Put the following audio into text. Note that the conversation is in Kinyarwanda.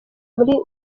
muri